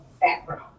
background